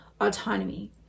autonomy